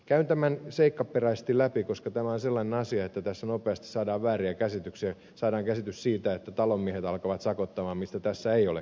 käyn tämän seikkaperäisesti läpi koska tämä on sellainen asia että tässä nopeasti saadaan vääriä käsityksiä saadaan käsitys siitä että talonmiehet alkavat sakottaa mistä tässä ei ole kysymys